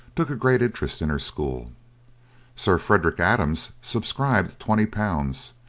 took a great interest in her school sir frederick adams subscribed twenty pounds,